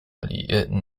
alliierten